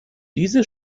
diese